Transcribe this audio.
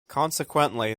consequently